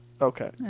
Okay